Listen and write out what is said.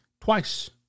twice